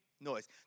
noise